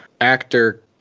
actor